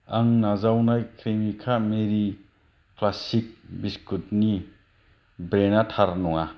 आं नाजावनाय Cremica Marie classic बिस्कुटनि ब्रेन्डा थार नङा